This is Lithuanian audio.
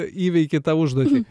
įveiki tą užduotį